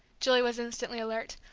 julie was instantly alert.